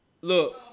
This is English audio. look